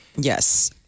Yes